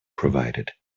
provided